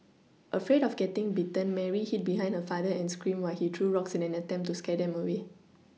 afraid of getting bitten Mary hid behind her father and screamed while he threw rocks in an attempt to scare them away